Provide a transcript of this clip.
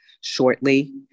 shortly